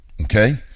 Okay